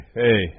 hey